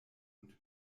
und